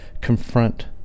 confront